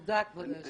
תודה, כבוד היושב ראש.